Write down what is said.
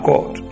God